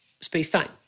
space-time